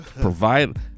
provide